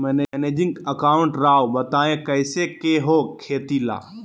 Managing account राव बताएं कैसे के हो खेती ला?